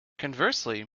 conversely